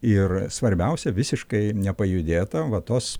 ir svarbiausia visiškai nepajudėta va tuos